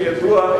שידוע,